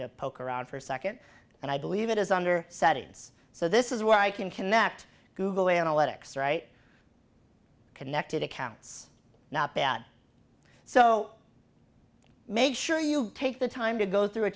to poke around for a second and i believe it is under settings so this is where i can connect google analytics right connected accounts not bad so make sure you take the time to go through a